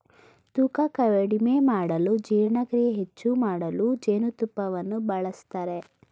ತೂಕ ಕಡಿಮೆ ಮಾಡಲು ಜೀರ್ಣಕ್ರಿಯೆ ಹೆಚ್ಚು ಮಾಡಲು ಜೇನುತುಪ್ಪವನ್ನು ಬಳಸ್ತರೆ